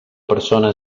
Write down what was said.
persona